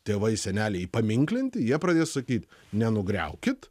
tėvai seneliai įpaminklinti jie pradės sakyt nenugriaukit